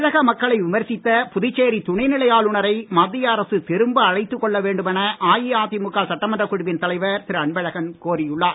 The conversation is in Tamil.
தமிழக மக்களை விமர்சித்த புதுச்சேரி துணை நிலை ஆளுநரை மத்திய அரசு திரும்ப அழைத்துக் கொள்ள வேண்டுமென அஇஅதிமுக சட்டமன்றக் குழுவின் தலைவர் திரு அன்பழகன் கோரி உள்ளார்